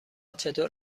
چطور